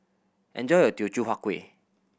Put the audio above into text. enjoy your Teochew Huat Kueh